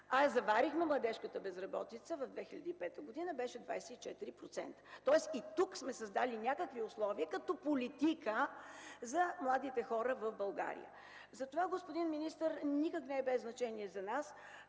а младежката безработица през 2005 г. беше 24%. Тоест и тук сме създали някакви условия като политика за младите хора в България. Затова, господин министър, никак не е без значение за нас